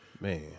Man